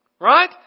Right